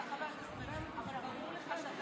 חבר הכנסת מרגי, אבל ברור לך שאתה